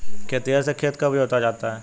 खेतिहर से खेत कब जोता जाता है?